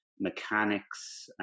mechanics